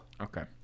Okay